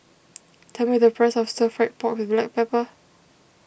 tell me the price of Stir Fried Pork with Black Pepper